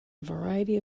variety